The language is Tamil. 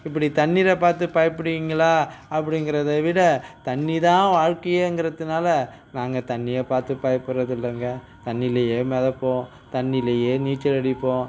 இப்படி தண்ணீரைப் பார்த்து பயப்படுவீங்களா அப்படிங்கிறத விட தண்ணி தான் வாழ்க்கையேங்கிறதனால நாங்கள் தண்ணியைப் பார்த்து பயப்படுறது இல்லைங்க தண்ணியிலயே மிதப்போம் தண்ணியிலயே நீச்சல் அடிப்போம்